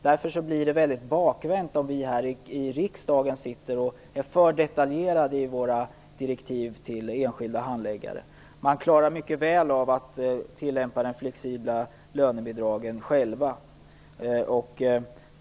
Därför blir det mycket bakvänt om vi i riksdagen är för detaljerade i våra direktiv till enskilda handläggare. De klarar mycket väl av att själva tillämpa de flexibla lönebidragen.